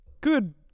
good